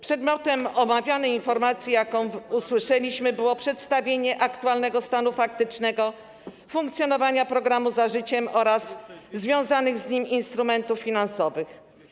Przedmiotem omawianej informacji, jaką usłyszeliśmy, było przedstawienie aktualnego stanu faktycznego funkcjonowania programu „Za życiem” oraz związanych z nim instrumentów finansowych.